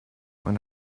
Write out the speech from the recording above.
man